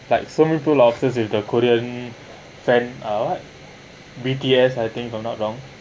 like some with the korean fan ah what B_T_S I think if I'm not wrong